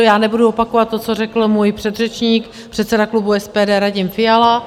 Já nebudu opakovat to, co řekl můj předřečník, předseda klubu SPD Radim Fiala.